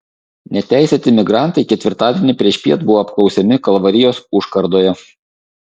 neteisėti migrantai ketvirtadienį priešpiet buvo apklausiami kalvarijos užkardoje